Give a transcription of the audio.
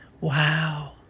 Wow